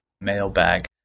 mailbag